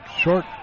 short